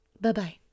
Bye-bye